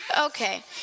Okay